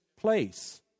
place